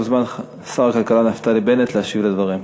מוזמן שר הכלכלה נפתלי בנט להשיב על הדברים.